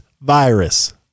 virus